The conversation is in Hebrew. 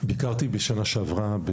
בשנה שעברה,